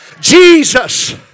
Jesus